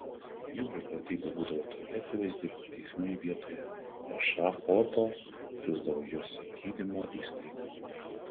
jų beprotybė būdavo tokia akivaizdi kad teismai vietoje ešafoto siųsdavo juos į gydymo įstaigą